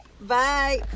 Bye